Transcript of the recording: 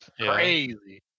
crazy